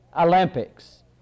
Olympics